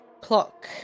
Clock